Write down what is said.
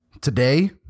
today